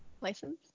License